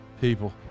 people